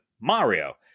Mario